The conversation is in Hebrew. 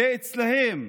זה אצלם,